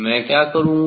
मैं क्या करूँगा